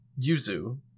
Yuzu